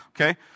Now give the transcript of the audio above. Okay